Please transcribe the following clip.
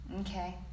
okay